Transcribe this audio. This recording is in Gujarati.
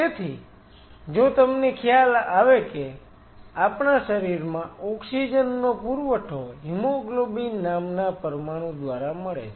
તેથી જો તમને ખ્યાલ આવે કે આપણા શરીરમાં ઓક્સિજન નો પુરવઠો હિમોગ્લોબિન hemoglobin Hb નામના પરમાણુ દ્વારા મળે છે